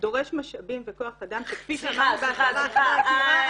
דורש משאבים וכוח אדם --- זה משהו שאין כרגע.